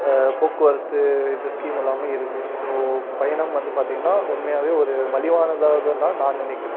போக்குவரத்து இது ஸ்கீம் எல்லாமே இருக்குது ஸோ பயணம் வந்து பார்த்திங்கன்னா உண்மையாகவே ஒரு மலிவானதாக தான் நான் நினக்கிறேன்